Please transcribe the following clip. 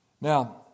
Now